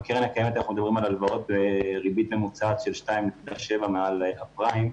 בקרן הקיימת אנחנו מדברים על הלוואות בריבית ממוצעת של 2.7 מעל הפריים,